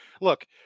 look